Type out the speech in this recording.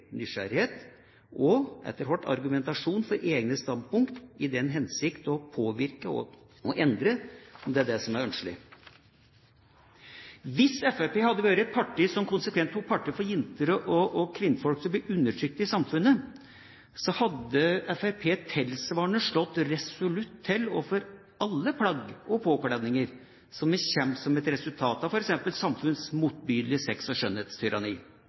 nysgjerrighet og etter hvert argumentasjon for egne standpunkter i den hensikt å påvirke og endre, om det er det som er ønskelig. Hvis Fremskrittspartiet hadde vært et parti som konsekvent tok parti for jenter og kvinner som blir undertrykte i samfunnet, hadde de tilsvarende slått resolutt til overfor alle plagg og påkledninger som kommer som et resultat av f.eks. samfunnets motbydelige sex- og